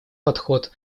подход